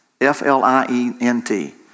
F-L-I-E-N-T